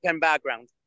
background